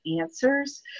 answers